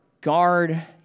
guard